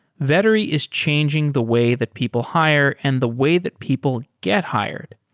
vettery is changing the way that people hire and the way that people get hired.